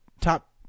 top